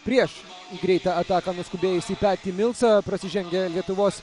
prieš greitą ataką nuskubėjusį petį milsą prasižengia lietuvos